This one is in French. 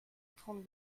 trente